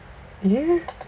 yeah